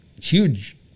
Huge